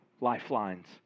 lifelines